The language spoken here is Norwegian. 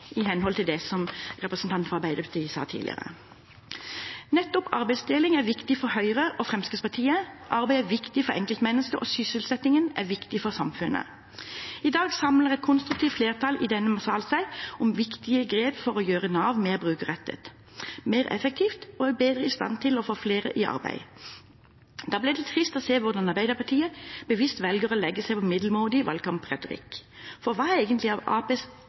i henhold til det som representanten fra Arbeiderpartiet sa tidligere. Nettopp arbeidsdeling er viktig for Høyre og Fremskrittspartiet. Arbeid er viktig for enkeltmennesket, og sysselsetting er viktig for samfunnet. I dag samler et konstruktivt flertall i denne sal seg om viktige grep for å gjøre Nav mer brukerrettet, mer effektivt og bedre i stand til å få flere i arbeid. Da er det trist å se hvordan Arbeiderpartiet bevisst velger å legge seg på middelmådig valgkampretorikk. Hva er egentlig